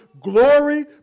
Glory